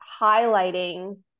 highlighting